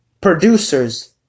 producers